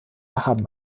haben